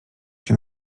się